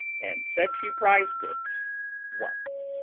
and said she prized it once.